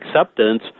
acceptance